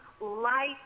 light